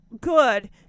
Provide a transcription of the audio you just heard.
Good